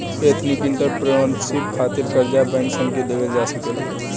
ethnic entrepreneurship खातिर कर्जा bank सन से लेवल जा सकेला